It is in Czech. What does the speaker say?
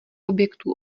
objektů